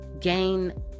gain